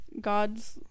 God's